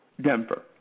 Denver